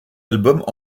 albums